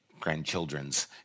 Grandchildrens